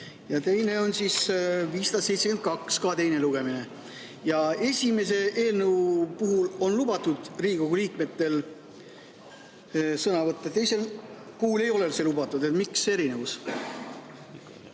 ja teine on 572, ka teine lugemine. Esimese eelnõu puhul on lubatud Riigikogu liikmetel sõna võtta, teise puhul ei ole see lubatud. Miks selline erinevus?